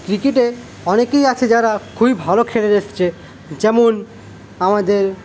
ক্রিকেটে অনেকেই আছে যারা খুবই ভালো খেলে এসছে যেমন আমাদের